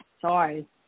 Sorry